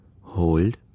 Hold